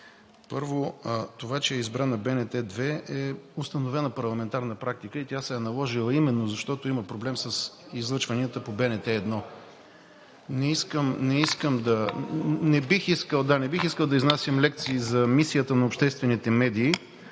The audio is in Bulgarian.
първо, това, че е избрана БНТ 2 е установена парламентарна практика и тя се е наложила именно защото има проблем с излъчванията по БНТ 1. Не бих искал да изнасям лекции за мисията на обществените медии